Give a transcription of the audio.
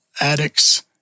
addicts